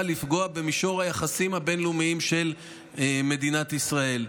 לפגוע במישור היחסים הבין-לאומיים של מדינת ישראל.